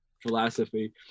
philosophy